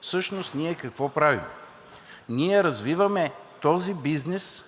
всъщност какво правим – развиваме този бизнес,